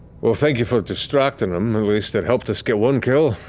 well, thank you for distracting him. at least, it helped us get one kill.